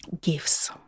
gifts